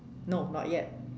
no not yet